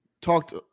talked